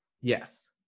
Yes